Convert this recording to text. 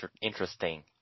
interesting